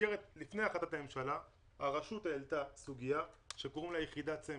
לפני החלטת הממשלה הרשות העלתה סוגיה שקוראים לה יחידת סמך.